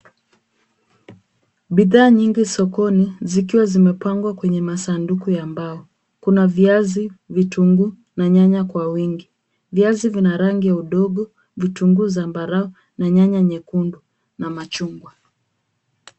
Bidhaa nyingi sokoni zikiwa zimepangwa kwenye masanduku ya mbao. Kuna viazi, vitunguu na nyanya kwa wingi. Viazi vina rangi ya udongo, vitunguu zambarau na nyanya nyekundu na machungwa.